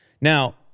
Now